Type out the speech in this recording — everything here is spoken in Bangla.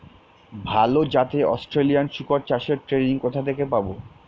ভালো জাতে অস্ট্রেলিয়ান শুকর চাষের ট্রেনিং কোথা থেকে পাব?